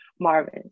Marvin